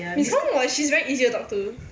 miss kong was she's very easy to talk to